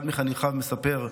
אחד מחניכיו מספר: